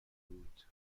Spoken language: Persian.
بود